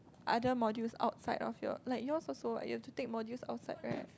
other module outside of your like yours also you have to take modules outside right